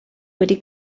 wedi